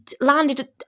landed